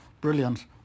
brilliant